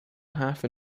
half